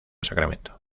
sacramento